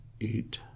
eight